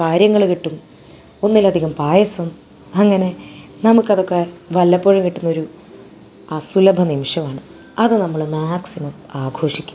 കാര്യങ്ങള് കിട്ടും ഒന്നിലധികം പായസം അങ്ങനെ നമുക്കത് തന്നെ വല്ലപ്പോഴും കിട്ടുന്നൊരു അസുലഭ നിമിഷമാണ് അത് നമ്മള് മാക്സിമം ആഘോഷിക്കും